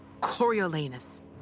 Coriolanus